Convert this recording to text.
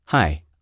Hi